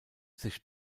sich